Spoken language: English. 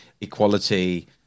equality